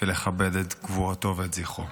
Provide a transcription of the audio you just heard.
ולכבד את גבורתו ואת זכרו.